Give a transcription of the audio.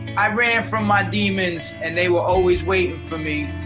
i ran from my demons and they were always waiting for me,